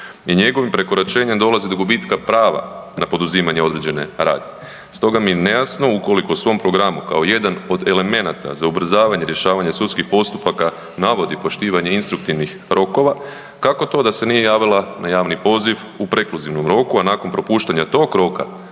i njegovim prekoračenjem dolazi do gubitka prava na poduzimanje određene radnje, stoga mi je nejasno ukoliko u svom programu kao jedan od elemenata za ubrzavanje rješavanje sudskih postupaka navodi poštivanje instruktivnih rokova, kako to da se nije javila na javni poziv u prekluzivnom roku, a nakon propuštanja tog roka